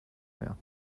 mehr